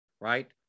right